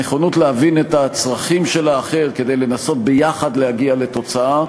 הנכונות להבין את הצרכים של האחר כדי לנסות ביחד להגיע לתוצאה.